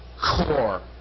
Core